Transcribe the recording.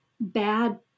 bad